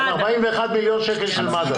על 41 מיליון שקל של מד"א.